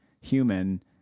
human